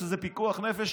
שזה פיקוח נפש,